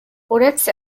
uretse